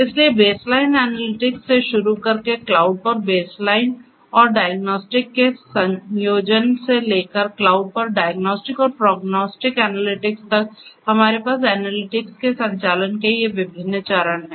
इसलिए baseline analytics से शुरू करके क्लाउड पर बेसलाइन और डायग्नोस्टिक के संयोजन से लेकर क्लाउड पर डायग्नोस्टिक और प्रग्नोस्टिक एनालिटिक्स तक हमारे पास एनालिटिक्स के संचालन के ये विभिन्न चरण हैं